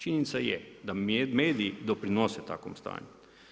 Činjenica je da mediji doprinose takvom stanju.